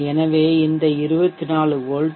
எனவே இந்த 24V Vbat